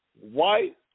white